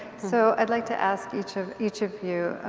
so i'd like to ask each of each of you,